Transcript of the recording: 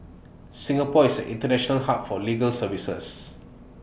Singapore is an International hub for legal services